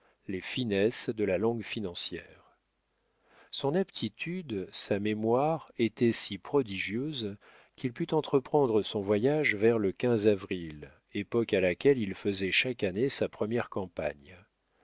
les finesses de la langue financière son aptitude sa mémoire étaient si prodigieuses qu'il put entreprendre son voyage vers le avril époque à laquelle il faisait chaque année sa première campagne